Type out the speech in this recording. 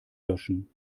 löschen